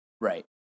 Right